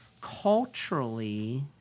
culturally